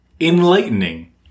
enlightening